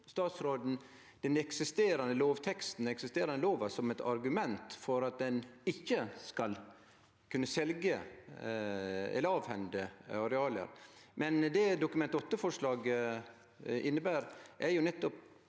statsråden den eksisterande lovteksten, den eksisterande lova, som eit argument for at ein ikkje skal kunne selje eller avhende areal, men det Dokument 8-forslaget inneber, er nettopp